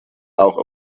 auch